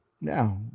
now